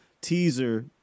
teaser